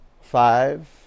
Five